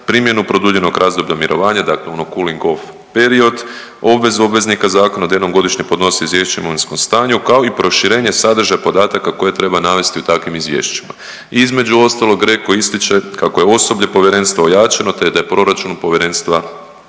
primjenu produljenog razdoblja mirovanja dakle ono … off period, obvezu obveznika zakona da jednom godišnje podnose izvješće o imovinskom stanju kao i proširenje sadržaja podataka koje treba navesti u takvim izvješćima. Između ostalog GRECO ističe kako je osoblje povjerenstva ojačano da je proračun povjerenstva